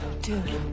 Dude